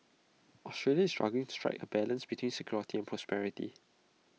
Australia is struggling to strike A balance between security and prosperity